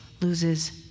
loses